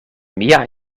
mia